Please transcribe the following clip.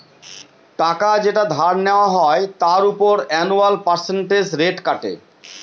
টাকা যেটা ধার নেওয়া হয় তার উপর অ্যানুয়াল পার্সেন্টেজ রেট কাটে